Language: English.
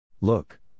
Look